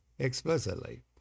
Explicitly